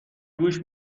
گوش